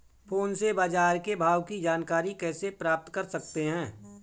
Phone से बाजार के भाव की जानकारी कैसे प्राप्त कर सकते हैं?